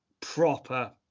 proper